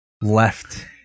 left